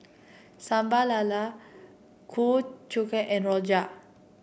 Sambal Lala Ku Chai Kueh and Rojak